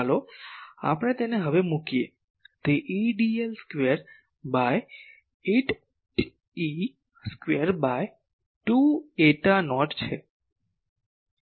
ચાલો આપણે તેને હવે મૂકીએ તે E dl square by 8 E square by 2 eta naught છે